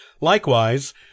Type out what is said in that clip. Likewise